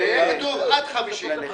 שיהיה כתוב "עד 50 ק"מ".